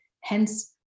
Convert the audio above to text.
Hence